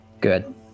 Good